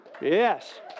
Yes